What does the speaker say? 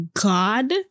God